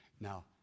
Now